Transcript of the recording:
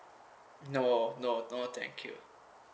no no no thank you